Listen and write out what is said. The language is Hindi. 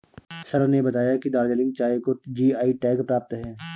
सर ने बताया कि दार्जिलिंग चाय को जी.आई टैग प्राप्त है